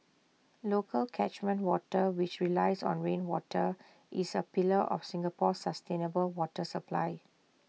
local catchment water which relies on rainwater is A pillar of Singapore's sustainable water supply